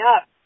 up